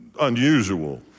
unusual